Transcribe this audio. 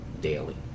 daily